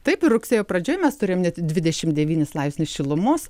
taip ir rugsėjo pradžioj mes turėjom net dvidešim devynis laipsnius šilumos